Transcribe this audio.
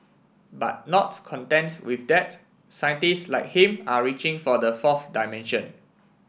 but nots contents with that scientist like him are reaching for the fourth dimension